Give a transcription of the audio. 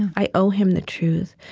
i owe him the truth.